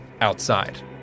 outside